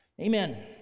Amen